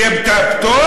יהיה להם פטור,